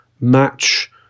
match